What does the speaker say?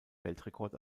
weltrekord